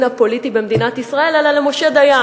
הפוליטי במדינת ישראל אלא למשה דיין,